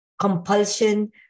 compulsion